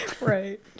Right